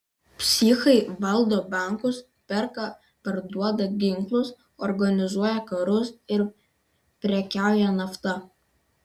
psichai valdo bankus perka parduoda ginklus organizuoja karus ir prekiauja nafta